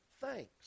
thanks